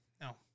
No